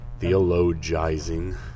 theologizing